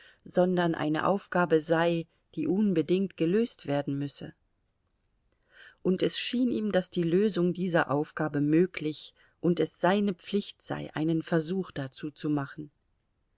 sondern eine aufgabe sei die unbedingt gelöst werden müsse und es schien ihm daß die lösung dieser aufgabe möglich und es seine pflicht sei einen versuch dazu zu machen